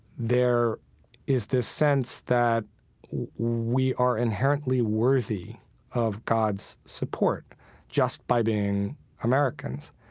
there is this sense that we are inherently worthy of god's support just by being americans.